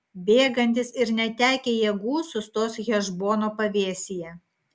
bėgantys ir netekę jėgų sustos hešbono pavėsyje